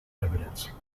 evidence